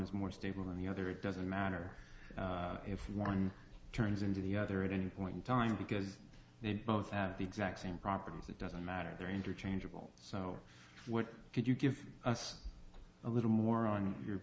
is more stable than the other it doesn't matter if one turns into the other at any point in time because they both have the exact same properties it doesn't matter they're interchangeable so what could you give us a little more on your